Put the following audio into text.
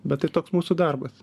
bet tai toks mūsų darbas